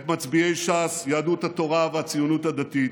את מצביעי ש"ס, יהדות התורה והציונות הדתית.